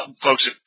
folks